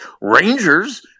Rangers